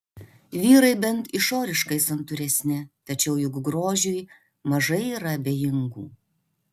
vyrai bent išoriškai santūresni tačiau juk grožiui mažai yra abejingų